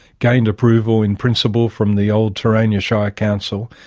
gained approval in principle from the old terania shire council,